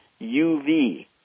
UV